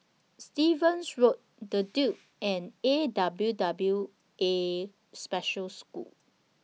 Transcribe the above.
Stevens Road The Duke and A W W A Special School